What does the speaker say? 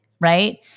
right